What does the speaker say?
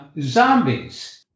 zombies